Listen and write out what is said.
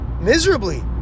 miserably